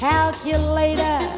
calculator